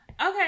Okay